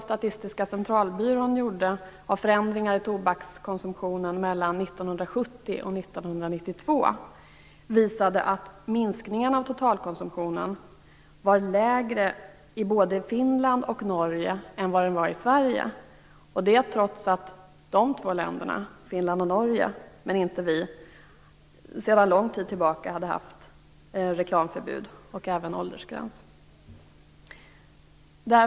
1992 visade att minskningen av totalkonsumtionen var lägre i både Finland och Norge än den var i Sverige; detta trots att de båda länderna, men inte vi, sedan lång tid tillbaka hade reklamförbud och åldersgräns.